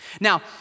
Now